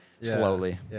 slowly